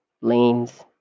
lanes